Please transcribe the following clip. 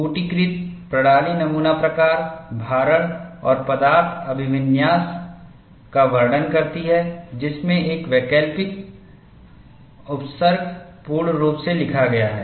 कूटीकृत प्रणाली नमूना प्रकार भारण और पदार्थ अभिविन्यास का वर्णन करती है जिसमें एक वैकल्पिक उपसर्ग पूर्ण रूप से लिखा गया है